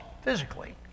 physically